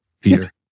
Peter